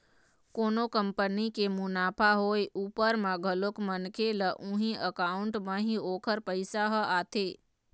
कोनो कंपनी के मुनाफा होय उपर म घलोक मनखे ल उही अकाउंट म ही ओखर पइसा ह आथे